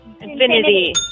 Infinity